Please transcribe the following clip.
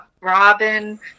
robin